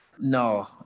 No